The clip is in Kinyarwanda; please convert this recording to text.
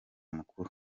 mukuru